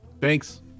Thanks